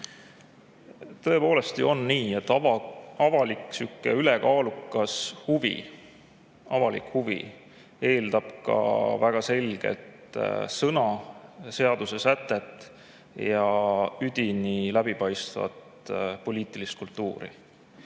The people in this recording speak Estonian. Tõepoolest on ju nii, et avalik ülekaalukas huvi, avalik huvi eeldab ka väga selget sõna, seadusesätet ja üdini läbipaistvat poliitilist kultuuri.